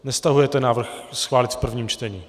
Nestahujete návrh schválit v prvním čtení.